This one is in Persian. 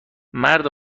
مرد